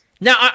Now